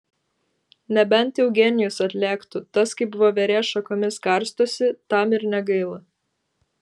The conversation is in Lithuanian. nebent eugenijus atlėktų tas kaip voverė šakomis karstosi tam ir negaila